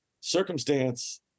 circumstance